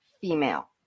female